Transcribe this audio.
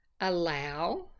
allow